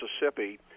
Mississippi